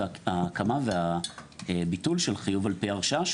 זה הקמה והביטול של חיוב על פי הרשאה,